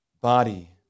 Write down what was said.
body